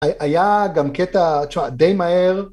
‫היה גם קטע די מהר...